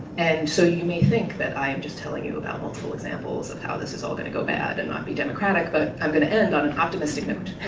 and so you may think that i'm just telling you about multiple examples of how this is all gonna go bad, and not be democratic, but i'm gonna end on an optimistic note.